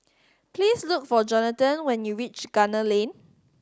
please look for Jonathan when you reach Gunner Lane